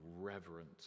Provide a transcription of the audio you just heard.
reverent